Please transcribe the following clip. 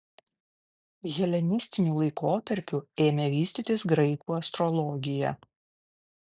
helenistiniu laikotarpiu ėmė vystytis graikų astrologija